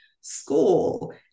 school